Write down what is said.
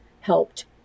helped